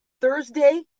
Thursday